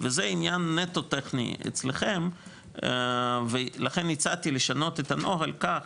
וזה עניין נטו טכני אצלכם ולכן הצעתי לשנות את הנוהל כך